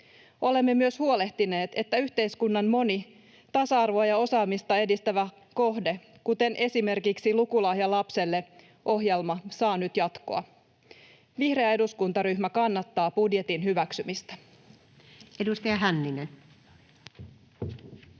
Olemme myös huolehtineet, että moni yhteiskunnan tasa-arvoa ja osaamista edistävä kohde, kuten esimerkiksi Lukulahja lapselle- ohjelma, saa nyt jatkoa. Vihreä eduskuntaryhmä kannattaa budjetin hyväksymistä. [Speech